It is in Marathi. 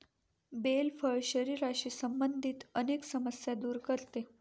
बेल फळ शरीराशी संबंधित अनेक समस्या दूर करते